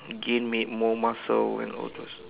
gain make more muscles and all those